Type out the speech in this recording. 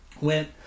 went